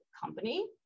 company